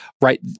right